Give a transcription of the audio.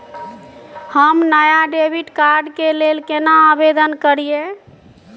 हम नया debit card के लेल केना आवेदन करियै?